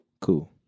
Cool